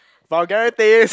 forget this